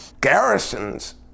Garrison's